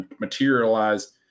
materialize